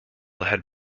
had